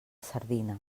sardina